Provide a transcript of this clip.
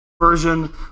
version